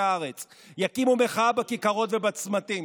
הארץ ויקיימו מחאה בכיכרות ובצמתים.